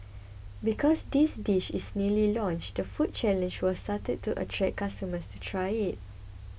because this dish is newly launched the food challenge was started to attract customers to try it